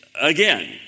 again